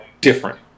different